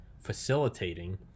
facilitating